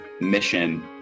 mission